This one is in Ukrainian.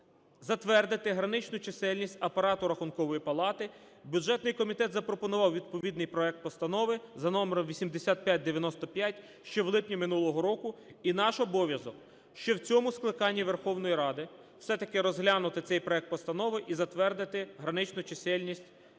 затвердити граничну чисельність апарату Рахункової палати) бюджетний комітет запропонував відповідний проект постанови за номером 8595 ще в липні минулого року. І наш обов'язок – ще в цьому скликанні Верховної Ради все-так розглянути цей проект постанови і затвердити граничну чисельність апарату Рахункової палати.